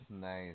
Nice